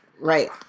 Right